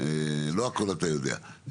לא הכול אתה יודע.